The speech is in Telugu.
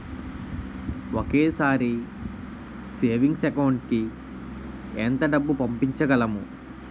ఒకేసారి సేవింగ్స్ అకౌంట్ కి ఎంత డబ్బు పంపించగలము?